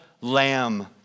lamb